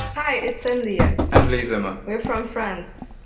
hi, it's enlia. and leee zimmer. we're from france.